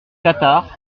cathares